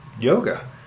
yoga